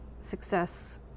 success